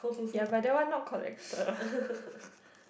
ya but that one not collected